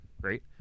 right